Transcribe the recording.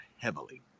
heavily